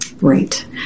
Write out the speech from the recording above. Right